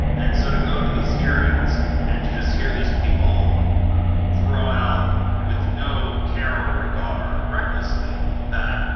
and so to go to these hearings and to just hear these people throw out with no care or regard recklessly that,